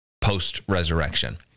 post-resurrection